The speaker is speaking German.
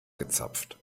gezapft